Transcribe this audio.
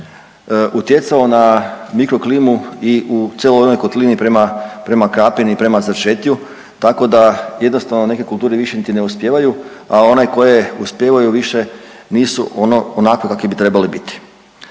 utjecalo na mikroklimu i u cijeloj onoj kotlini prema Krapini i prema Začetrju tako da jednostavno neke kulture više niti ne uspijevaju, a one koje uspijevaju više nisu onakve kakve bi trebale biti.